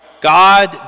God